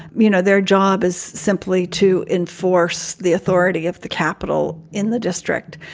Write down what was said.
you know. their job is simply to enforce the authority of the capital in the district.